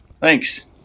Thanks